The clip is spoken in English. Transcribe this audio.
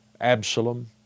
Absalom